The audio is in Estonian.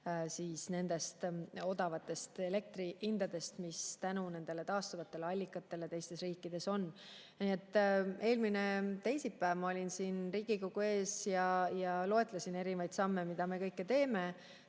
osa nendest odavatest elektrihindadest, mis tänu taastuvatele allikatele teistes riikides on. Eelmine teisipäev ma olin Riigikogu ees ja loetlesin erinevaid samme, mida me teeme.